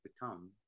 become